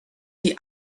die